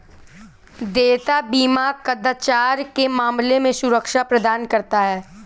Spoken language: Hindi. देयता बीमा कदाचार के मामले में सुरक्षा प्रदान करता है